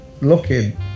looking